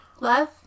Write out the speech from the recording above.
Love